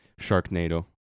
sharknado